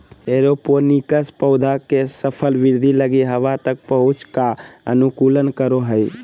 aeroponics पौधा के सफल वृद्धि लगी हवा तक पहुंच का अनुकूलन करो हइ